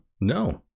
No